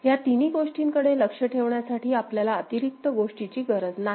ह्या तिन्ही गोष्टींकडे लक्ष ठेवण्यासाठी आपल्याला अतिरिक्त गोष्टीची गरज नाही